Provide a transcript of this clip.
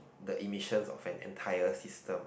the emission of an entire system